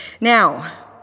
Now